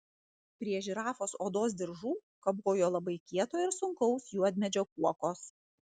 prie žirafos odos diržų kabojo labai kieto ir sunkaus juodmedžio kuokos